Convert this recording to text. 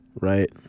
right